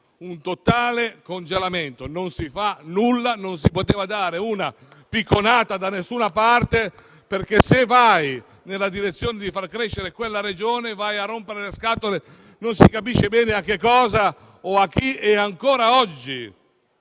un totale congelamento; non si fa nulla; non si poteva dare una picconata da nessuna parte, perché se si va nella direzione di far crescere quella Regione, si va a rompere le scatole non si capisce bene a cosa o a chi. Ancora oggi